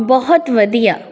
ਬਹੁਤ ਵਧੀਆ